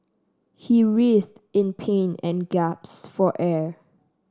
he writhed in pain and gasped for air